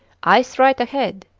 ice right ahead!